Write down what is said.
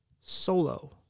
solo